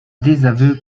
désaveu